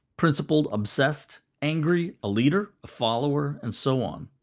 principled, obsessed, angry, a leader, a follower, and so on.